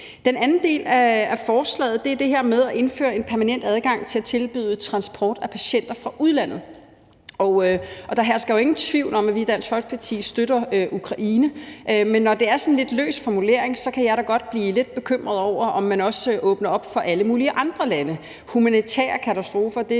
Den anden del af forslaget er det her med at indføre en permanent adgang til at tilbyde transport af patienter fra udlandet. Der hersker jo ingen tvivl om, at vi i Dansk Folkeparti støtter Ukraine, men når det er sådan en lidt løs formulering, kan jeg da godt blive lidt bekymret over, at man også åbner op for alle mulige andre lande. »Humanitære katastrofer« er